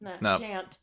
No